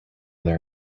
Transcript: their